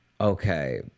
Okay